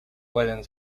pueden